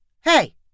Hey